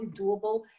doable